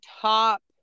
top